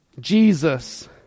Jesus